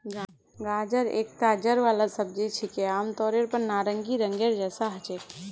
गाजर एकता जड़ वाला सब्जी छिके, आमतौरेर पर नारंगी रंगेर जैसा ह छेक